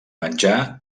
menjar